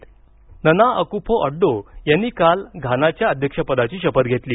घाना अध्यक्ष Nana Akufo Addo यांनी काल घानाच्या अध्यक्षपदाची शपथ घेतली